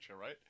right